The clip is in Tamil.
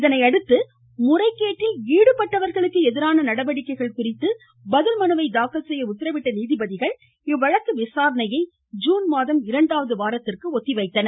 இதனையடுத்து முறைகேட்டில் ஈடுபட்டவர்களுக்கு எதிரான நடவடிக்கைகள் குறித்தும் பதில் மனுவை தாக்கல் செய்ய உத்தரவிட்ட நீதிபதிகள் இவ்வழக்கு விசாரணையை ஜீன் மாதம் இரண்டாவது வாரத்திற்கு ஒத்திவைத்தனர்